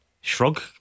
Shrug